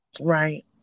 Right